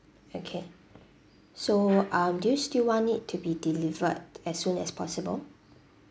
okay so um do you still want it to be delivered as soon as possible